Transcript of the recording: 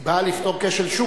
היא באה לפתור כשל שוק.